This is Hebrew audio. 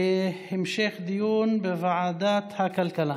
לוועדת הכלכלה